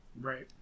Right